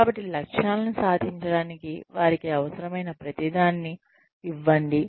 కాబట్టి లక్ష్యాలను సాధించడానికి వారికి అవసరమైన ప్రతిదాన్ని ఇవ్వండి